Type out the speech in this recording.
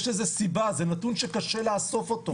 יש לזה סיבה זה נתון שקשה לאסוף אותו,